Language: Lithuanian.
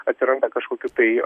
atsiranda kažkokių tai